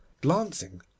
glancing